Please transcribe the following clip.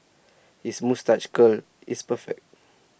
his moustache curl is perfect